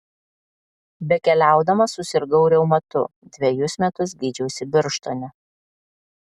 bekeliaudamas susirgau reumatu dvejus metus gydžiausi birštone